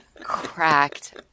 cracked